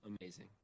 amazing